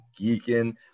geeking